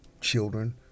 children